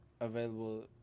Available